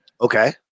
Okay